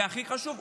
והכי חשוב,